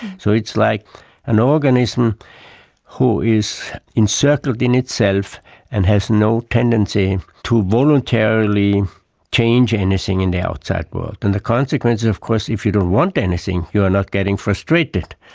so it's like an organism which is encircled in itself and has no tendency to voluntarily change anything in the outside world. and the consequence of course if you don't want anything, you are not getting frustrated.